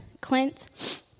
Clint